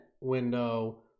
window